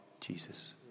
Jesus